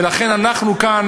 ולכן אנחנו כאן,